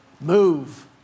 move